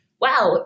wow